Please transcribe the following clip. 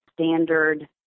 standard